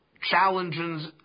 challenges